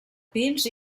pins